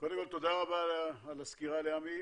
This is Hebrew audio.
קודם כל תודה רבה על הסקירה, ליעמי.